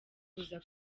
kuza